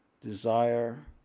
desire